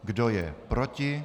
Kdo je proti?